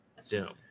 Zoom